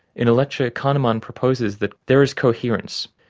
in a lecture, kanheman proposes that there is coherence.